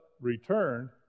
returned